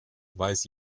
weiß